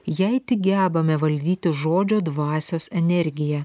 jei tik gebame valdyti žodžio dvasios energiją